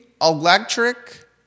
electric